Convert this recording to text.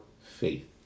faith